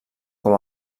com